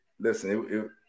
Listen